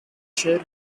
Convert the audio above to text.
chair